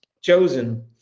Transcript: chosen